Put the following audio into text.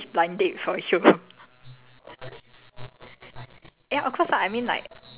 until it was time to get married then my grandmother started to panic so my grandmother like okay I arrange blind date for you